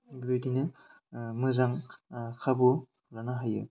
बेबायदिनो मोजां खाबु लानो हयो